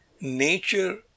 Nature